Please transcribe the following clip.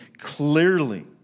clearly